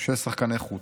של שחקני חוץ.